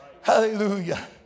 Hallelujah